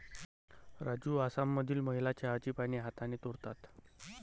राजू आसाममधील महिला चहाची पाने हाताने तोडतात